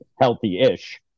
healthy-ish